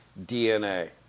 DNA